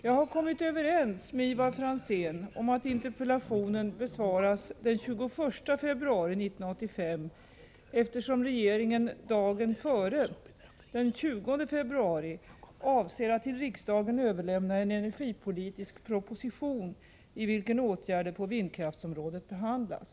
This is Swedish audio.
Jag har kommit överens med Ivar Franzén om att interpellationen besvaras den 21 februari 1985, eftersom regeringen dagen före — den 20 februari — avser att till riksdagen överlämna en energipolitisk proposition i vilken åtgärder på vindkraftsområdet behandlas.